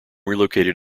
relocated